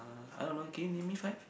I don't know can you name me five